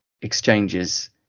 exchanges